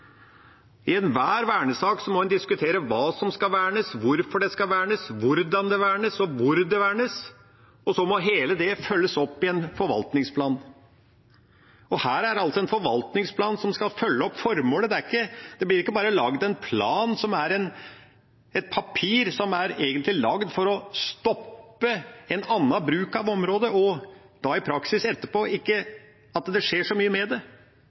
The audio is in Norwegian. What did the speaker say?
I enhver vernesak må en diskutere hva som skal vernes, hvorfor det skal vernes, hvordan det skal vernes, og hvor det skal vernes, og så må alt det følges opp i en forvaltningsplan. Her er det en forvaltningsplan som skal følge opp formålet. Det blir ikke bare laget en plan som er et papir som egentlig er laget for å stoppe en annen bruk av området, og der det i praksis etterpå ikke skjer så mye med det.